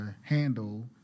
handle